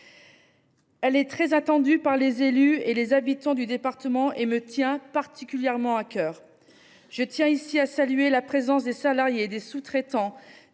l’emploi. Très attendue par les élus et les habitants du département, elle me tient particulièrement à cœur. Je tiens ici à saluer la présence des salariés, des sous traitants,